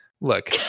Look